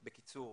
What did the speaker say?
בקיצור.